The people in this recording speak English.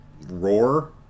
Roar